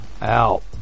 out